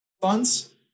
funds